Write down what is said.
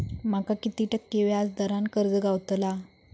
माका किती टक्के व्याज दरान कर्ज गावतला?